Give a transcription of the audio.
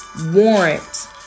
warrant